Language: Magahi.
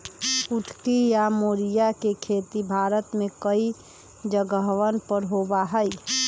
कुटकी या मोरिया के खेती भारत में कई जगहवन पर होबा हई